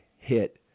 hit